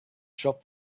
shop